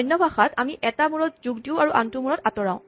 অন্য ভাষাত আমি এটা মূৰত যোগ দিওঁ আৰু আনটো মূৰত আতৰাওঁ